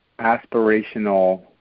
aspirational